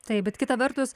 taip bet kita vertus